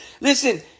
listen